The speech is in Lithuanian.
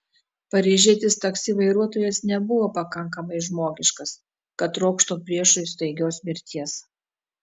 paryžietis taksi vairuotojas nebuvo pakankamai žmogiškas kad trokštų priešui staigios mirties